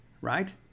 Right